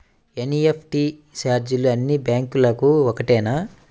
NEFT ఛార్జీలు అన్నీ బ్యాంక్లకూ ఒకటేనా?